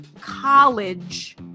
college